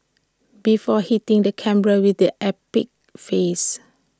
before hitting the camera with this epic face